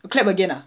oh clap again ah